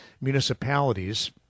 municipalities